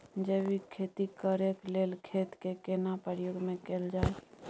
जैविक खेती करेक लैल खेत के केना प्रयोग में कैल जाय?